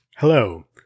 Hello